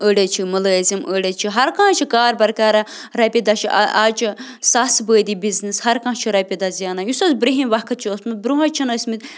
أڑۍ حظ چھِ مُلٲزِم أڑۍ حظ چھِ ہر کانٛہہ حظ چھِ کاربار کَران رۄپیہِ دَہ چھُ آز چھِ ساسہٕ بٲدی بِزنِس ہر کانٛہہ چھُ رۄپیہِ دَہ زینان یُس حظ برُنٛہِم وقت چھِ اوسمُت برٛونٛہہ حظ چھِنہٕ ٲسۍمٕتۍ